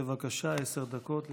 בבקשה, עשר דקות לרשותך.